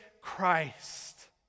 Christ